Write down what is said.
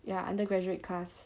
ya undergraduate class